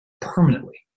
permanently